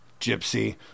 gypsy